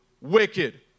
wicked